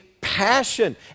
passion